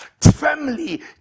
Family